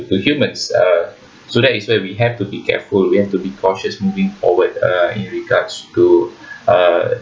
to the